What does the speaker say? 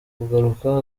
kugaruka